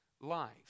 life